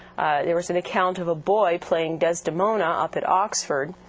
there was an account of a boy playing desdemona up at oxford,